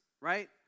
right